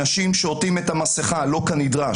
אנשים שעוטים את המסכה לא כנדרש,